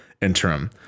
interim